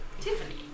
Tiffany